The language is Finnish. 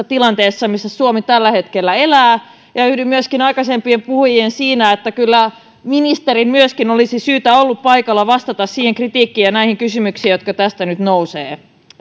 tilanteessa missä suomi tällä hetkellä elää myöskin yhdyn aikaisempiin puhujiin siinä että kyllä ministerin myöskin olisi syytä ollut olla paikalla vastaamassa siihen kritiikkiin ja näihin kysymyksiin jotka tästä nyt nousevat